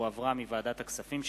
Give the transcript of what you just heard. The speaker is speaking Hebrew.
שהחזירה ועדת הכספים,